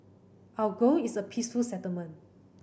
our goal is a peaceful settlement